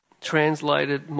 translated